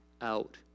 out